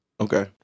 Okay